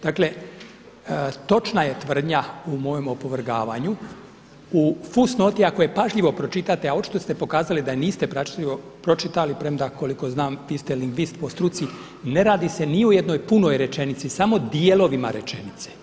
Dakle, točna je tvrdnja u mojem opovrgavanju, u fusnoti ako je pažljivo pročitate, a očito ste pokazali da je niste pažljivo pročitali, premda koliko znam vi ste lingvist po struci ne radi se ni o jednoj punoj rečenici, samo dijelovima rečenice.